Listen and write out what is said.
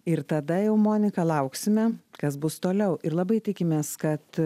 ir tada jau monika lauksime kas bus toliau ir labai tikimės kad